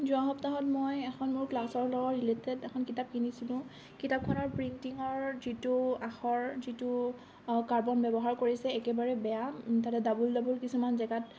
যোৱা সপ্তাহত মই এখন মোৰ ক্লাছৰ লগত ৰিলেটেড এখন কিতাপ কিনিছিলোঁ কিতাপখনৰ প্ৰিণ্টিঙৰ যিটো আখৰ যিটো কাৰ্বন ব্যৱহাৰ কৰিছে একেবাৰে বেয়া তাতে ডাবল ডাবল কিছুমান জেগাত